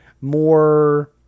more